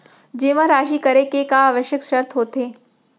जेमा राशि करे के का आवश्यक शर्त होथे?